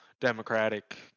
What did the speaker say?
democratic